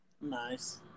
nice